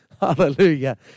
Hallelujah